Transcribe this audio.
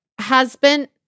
Husband